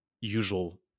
usual